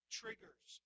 triggers